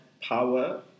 power